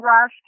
rush